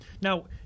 Now